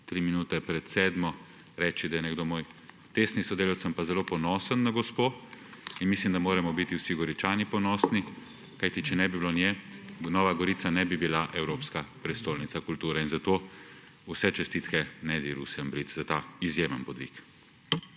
minute pred sedmo reči, da je nekdo moj tesni sodelavec. Sem pa zelo ponosen na gospo in mislim, da moramo biti vsi Goričani ponosni, kajti če ne bi bilo nje, Nova Gorica ne bi bila evropska prestolnica kulture. Zato vse čestitke Nedi Rusjan Bric za ta izjemen podvig.